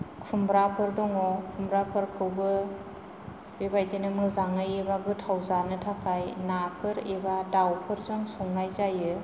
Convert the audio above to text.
खुम्ब्राफोर दङ खुम्ब्राफोरखौबो बेबायदिनो मोजाङै एबा गोथाव जानो थाखाय नाफोर एबा दाउफोरजों संनाय जायो